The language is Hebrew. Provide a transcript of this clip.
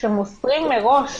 שמוסרים מראש